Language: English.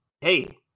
hey